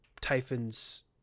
typhon's